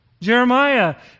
Jeremiah